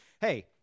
Hey